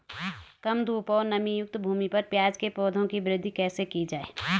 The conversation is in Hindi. कम धूप और नमीयुक्त भूमि पर प्याज़ के पौधों की वृद्धि कैसे की जाए?